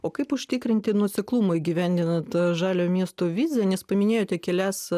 o kaip užtikrinti nuoseklumą įgyvendinant žalio miesto viziją nes paminėjote kelias